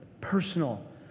personal